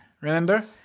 remember